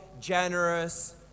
generous